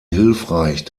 hilfreich